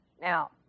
Now